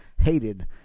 hated